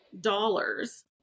dollars